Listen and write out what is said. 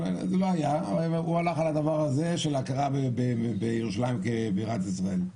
הוא הלך על הדבר הזה של הכרה בירושלים כבירת ישראל.